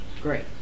great